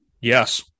Yes